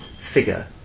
figure